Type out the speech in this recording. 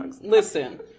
Listen